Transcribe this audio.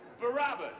Barabbas